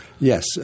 Yes